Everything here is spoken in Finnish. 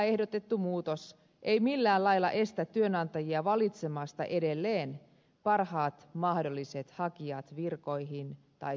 ehdotettu muutos ei millään lailla estä työnantajia valitsemasta edelleen parhaat mahdolliset hakijat virkoihin tai työtehtäviin